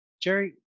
Jerry